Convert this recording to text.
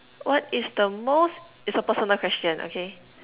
what is the most is a personal question okay